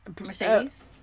Mercedes